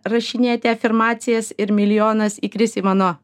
rašinėti afirmacijas ir milijonas įkris į mano